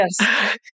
yes